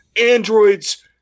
androids